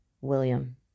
William